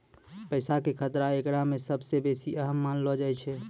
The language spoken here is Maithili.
पैसा के खतरा एकरा मे सभ से बेसी अहम मानलो जाय छै